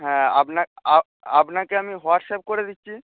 হ্যাঁ আপনাকে আমি হোয়াটসঅ্যাপ করে দিচ্ছি